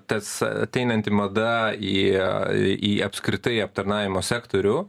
tas ateinanti mada į į apskritai aptarnavimo sektorių